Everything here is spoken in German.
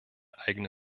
eigene